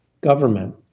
government